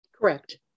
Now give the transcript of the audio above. correct